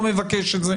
לא מבקש את זה.